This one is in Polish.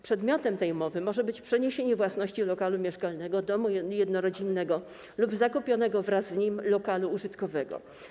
Przedmiotem tej umowy może być przeniesienie własności lokalu mieszkalnego, domu jednorodzinnego lub zakupionego wraz z nim lokalu użytkowego.